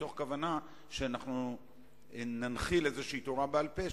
מתוך כוונה שננחיל איזו תורה בעל-פה,